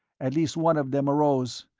at last one of them arose.